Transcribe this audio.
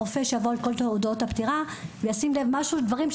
רופא שיעבור על כל תעודות הפטירה וישים לב לדברים.